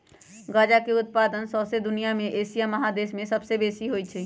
गजा के उत्पादन शौसे दुनिया में एशिया महादेश में सबसे बेशी होइ छइ